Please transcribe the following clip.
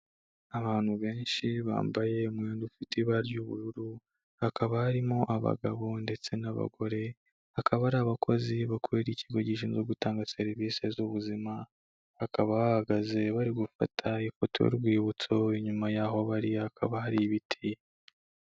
Abantu benshi bambaye umwenda ufite ibara ry'ubururu, hakaba harimo abagabo ndetse n'abagore akaba ari abakozi bakorera ikigo gishinzwe gutanga serivisi z'ubuzima, bakaba bahagaze bari gufata ifoto y'urwibutso inyuma yaho ba hakaba hari ibiti.